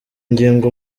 ingingo